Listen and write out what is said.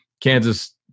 Kansas